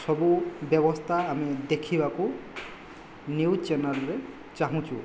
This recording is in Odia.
ସବୁ ବ୍ୟବସ୍ଥା ଆମେ ଦେଖିବାକୁ ନିୟୁଜ ଚ୍ୟାନେଲରେ ଚାହୁଁଛୁ